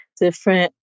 different